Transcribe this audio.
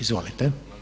Izvolite.